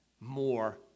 more